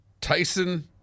Tyson